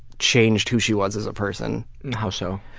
changed who she was as a person. how so?